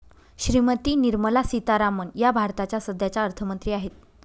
श्रीमती निर्मला सीतारामन या भारताच्या सध्याच्या अर्थमंत्री आहेत